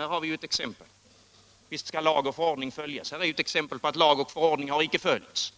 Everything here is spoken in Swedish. Ja, visst skall lag och förordning följas. Och här är ett exempel på att lag och förordning icke har följts.